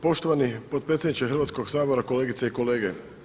Poštovani potpredsjedniče Hrvatskog sabora, kolegice i kolege.